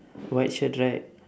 white shirt right